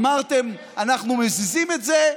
אמרתם: אנחנו מזיזים את זה,